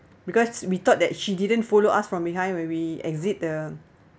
because we thought that she didn't follow us from behind where we exit the